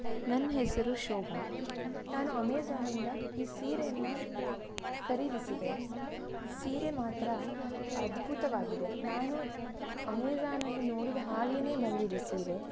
ನನ್ನ ಹೆಸರು ಶೋಬಾ ನಾನು ಅಮೇಜಾನಿಂದ ಈ ಸೀರೆಯನ್ನು ಖರೀದಿಸಿದೆ ಸೀರೆ ಮಾತ್ರ ಅದ್ಭುತವಾಗಿದೆ ನಾನು ಅಮೆಜಾನಲ್ಲಿ ನೋಡಿದ ಹಾಗೇ ಬಂದಿದೆ ಸೀರೆ